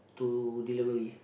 to delivery